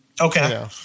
Okay